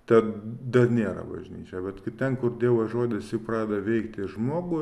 tada nėra bažnyčia bet kaip ten kur dievo žodis jau pradeda veikti žmogų